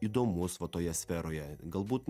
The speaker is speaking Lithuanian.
įdomus va toje sferoje galbūt